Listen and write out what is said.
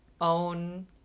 own